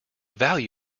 value